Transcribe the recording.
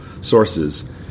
sources